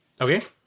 Okay